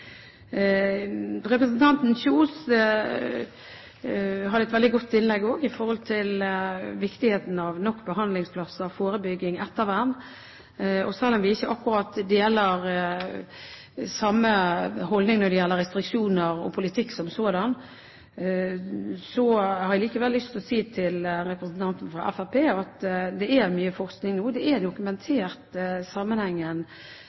Representanten Kjos hadde et veldig godt innlegg med hensyn til viktigheten av nok behandlingsplasser, forebygging, ettervern. Selv om vi ikke akkurat har samme holdning når det gjelder restriksjoner og politikk som sådan, har jeg likevel lyst til å si til representanten fra Fremskrittspartiet at det er mye forskning nå, det er